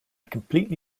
completely